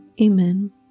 Amen